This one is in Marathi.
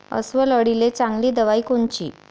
अस्वल अळीले चांगली दवाई कोनची?